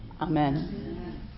Amen